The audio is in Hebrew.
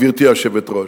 גברתי היושבת-ראש,